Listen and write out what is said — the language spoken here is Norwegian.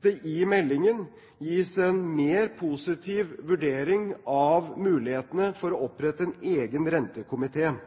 det i meldingen gis en mer positiv vurdering av mulighetene for å opprette en egen